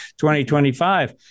2025